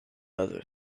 other